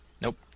Nope